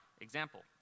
example